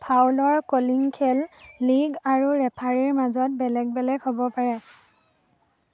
ফাউলৰ calling খেল league আৰু ৰেফাৰীৰ মাজত বেলেগ বেলেগ হ'ব পাৰে